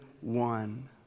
one